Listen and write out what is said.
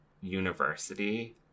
university